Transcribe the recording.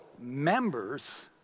members